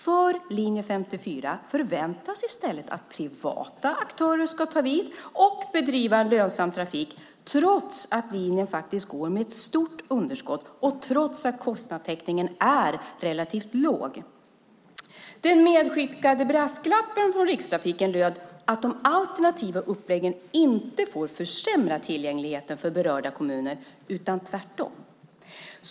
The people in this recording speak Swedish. Det förväntas i stället att privata aktörer ska ta över linje 54 och bedriva en lönsam trafik trots att linjen faktiskt går med ett stort underskott och trots att kostnadstäckningen är relativt låg. Den medskickade brasklappen från Rikstrafiken löd att de alternativa uppläggen inte får försämra tillgängligheten för berörda kommuner utan tvärtom.